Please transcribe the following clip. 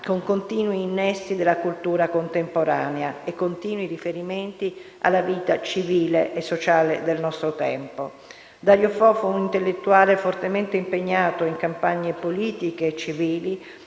con continui innesti della cultura contemporanea e continui riferimenti alla vita civile e sociale del nostro tempo. Dario Fo fu un intellettuale fortemente impegnato in campagne politiche e civili